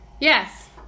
yes